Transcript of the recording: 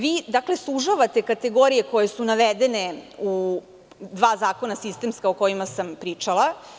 Vi sužavate kategorije koje su navedene u dva sistemska zakona o kojima sam pričala.